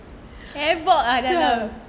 havoc ah dalam